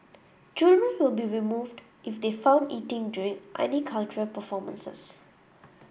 children will be removed if they found eating during any cultural performances